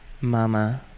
mama